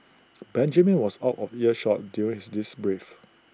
Benjamin was out of earshot during this brief